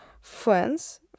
friends